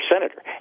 senator